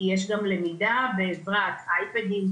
יש גם למידה בעזרת אייפדים,